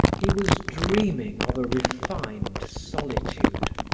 he was dreaming of a refined solitude,